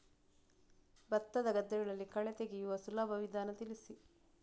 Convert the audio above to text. ಭತ್ತದ ಗದ್ದೆಗಳಲ್ಲಿ ಕಳೆ ತೆಗೆಯುವ ಸುಲಭ ವಿಧಾನ ತಿಳಿಸಿ?